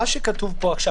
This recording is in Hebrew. מה שכתוב פה עכשיו,